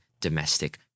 domestic